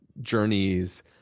journeys